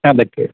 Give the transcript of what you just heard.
ಅದಕ್ಕೆ